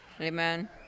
Amen